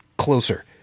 closer